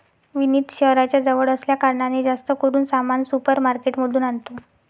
विनीत शहराच्या जवळ असल्या कारणाने, जास्त करून सामान सुपर मार्केट मधून आणतो